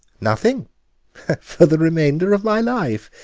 nothing for the remainder of my life,